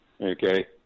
okay